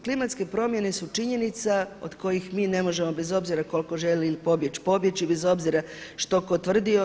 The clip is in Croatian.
Klimatske promjene su činjenica od kojih mi ne možemo bez obzira koliko želim pobjeći pobjeći, bez obzira što tko tvrdio.